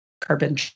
carbon